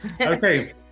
Okay